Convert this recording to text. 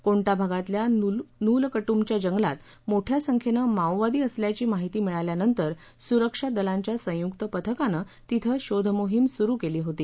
कोंटा भागातल्या नुलकट्रमच्या जंगलात मोठया संख्येनं माओवादी असल्याची माहिती मिळाल्यानंतर सुरक्षा दलांच्या संयुक्त पथकानं तिथं शोध मोहिम सुरु केली होती